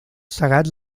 cegats